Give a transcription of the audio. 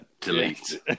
delete